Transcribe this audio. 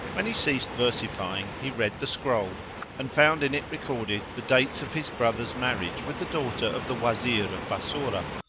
when he ceased versifying, he read the scroll and found in it recorded the dates of his brother's marriage with the daughter of the wazir of bassorah,